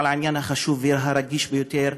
על העניין החשוב והרגיש ביותר,